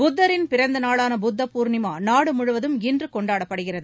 புத்தரின் பிறந்த நாளான புத்த பூர்ணிமா நாடு முழுவதும் இன்று கொண்டாடப்படுகிறது